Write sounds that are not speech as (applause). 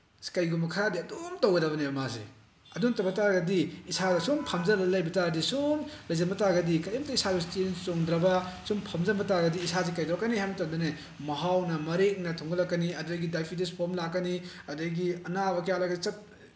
(unintelligible) ꯀꯩꯒꯨꯝꯕ ꯈꯔꯗꯤ ꯑꯗꯨꯝ ꯇꯧꯒꯗꯕꯅꯦꯕ ꯃꯥꯁꯦ ꯑꯗꯨ ꯅꯠꯇꯕ ꯇꯥꯔꯗꯤ ꯏꯁꯥꯗ ꯁꯨꯝ ꯐꯝꯖꯤꯜꯂꯒ ꯂꯩꯕ ꯇꯥꯔꯗꯤ ꯁꯨꯝ ꯂꯩꯁꯤꯟꯕ ꯇꯥꯔꯒꯗꯤ ꯀꯔꯤꯝꯇ ꯏꯁꯥꯗ ꯆꯦꯟ ꯆꯣꯡꯗ꯭ꯔꯕ ꯁꯨꯝ ꯐꯝꯖꯤꯟꯕ ꯇꯥꯔꯗꯤ ꯏꯁꯥꯁꯦ ꯀꯩꯗꯧꯔꯛꯀꯅꯤ ꯍꯥꯏ ꯃꯇꯝꯗꯅꯦ ꯃꯍꯥꯎ ꯃꯔꯦꯛꯅ ꯊꯨꯝꯒꯠꯂꯛꯀꯅꯤ ꯑꯗꯨꯗꯒꯤ ꯗꯥꯏꯕꯤꯇꯤꯁ ꯐꯣꯝ ꯂꯥꯛꯀꯅꯤ ꯑꯗꯒꯤ ꯑꯅꯥꯕ ꯀꯌꯥ ꯂꯥꯛꯀꯅꯤ